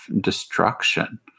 destruction